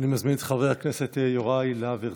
אני מזמין את חבר הכנסת יוראי להב הרצנו.